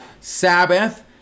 Sabbath